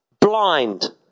blind